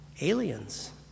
aliens